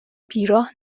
بیراه